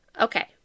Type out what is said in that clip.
Okay